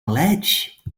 ledge